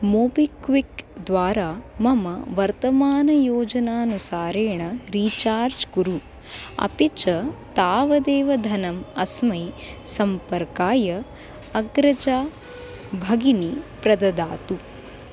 MobiKwik द्वारा मम वर्तमानयोजनानुसारेण रीचार्ज् कुरु अपि च तावदेव धनम् अस्मै सम्पर्काय अग्रजाभगिनी प्रददातु